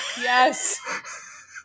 yes